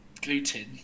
gluten